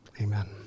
Amen